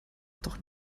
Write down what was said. doch